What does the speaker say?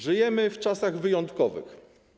Żyjemy w czasach wyjątkowych.